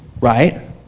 Right